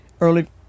early